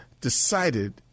decided